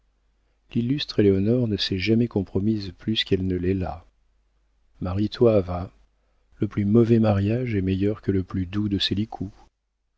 l'illustre éléonore ne s'est jamais compromise plus qu'elle ne l'est là marie-toi va le plus mauvais mariage est meilleur que le plus doux de